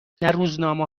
روزنامه